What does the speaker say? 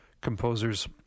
composers